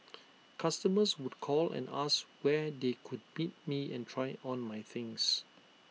customers would call and ask where they could meet me and try on my things